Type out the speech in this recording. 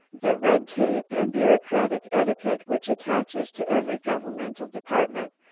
the red tape and bureaucratic etiquette which attaches to every governmental department,